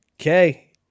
Okay